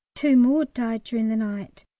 two more died during the night,